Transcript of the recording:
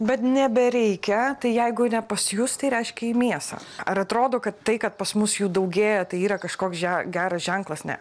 bet nebereikia tai jeigu ne pas jus tai reiškia į mėsą ar atrodo kad tai kad pas mus jų daugėja tai yra kažkoks geras ženklas ne